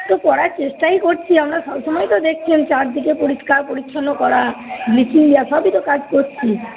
তো পড়ার চেষ্টাই করছি আমরা সব সমময় তো দেখছেন চারদিকে পরিষ্কার পরিচ্ছন্ন করা ব্লিচিং দেওয়া সবই তো কাজ করছি